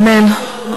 אמן.